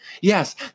Yes